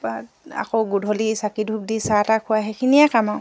বা আকৌ গধূলি চাকি ধূপ দি চাহ তাহ খোৱাই সেইখিনিয়ে কাম আৰু